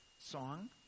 song